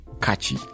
catchy